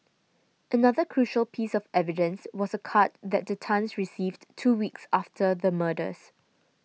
another crucial piece of evidence was a card that the Tans received two weeks after the murders